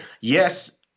Yes